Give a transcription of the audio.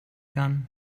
gun